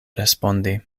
respondi